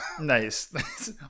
nice